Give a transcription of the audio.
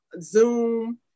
Zoom